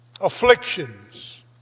Afflictions